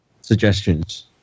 suggestions